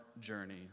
journey